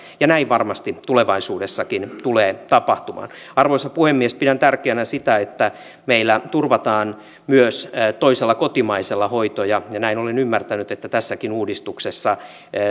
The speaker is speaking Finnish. ja näin varmasti tulevaisuudessakin tulee tapahtumaan arvoisa puhemies pidän tärkeänä sitä että meillä turvataan myös toisella kotimaisella hoitoja näin olen ymmärtänyt että tässäkin uudistuksessa